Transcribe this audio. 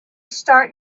start